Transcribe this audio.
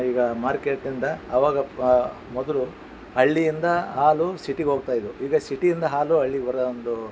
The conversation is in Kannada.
ಈಗ ಮಾರ್ಕೆಟ್ ಇಂದ ಆವಾಗ ಪಾ ಮೊದಲು ಹಳ್ಳಿಯಿಂದ ಹಾಲು ಸಿಟಿಗೆ ಹೋಗ್ತಾ ಇದ್ದು ಇದೇ ಸಿಟಿಯಿಂದ ಹಾಲು ಹಳ್ಳಿಗೆ ಬರೋ ಒಂದು